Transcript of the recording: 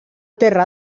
terra